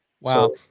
Wow